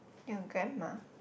your grandma